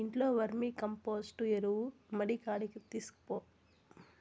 ఇంట్లో వర్మీకంపోస్టు ఎరువు మడికాడికి తీస్కపో